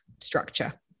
structure